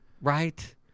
Right